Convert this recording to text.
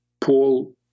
Paul